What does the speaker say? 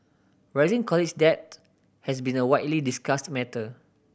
rising college debt has been a widely discussed matter